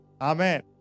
Amen